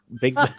Big